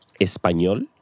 español